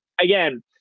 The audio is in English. again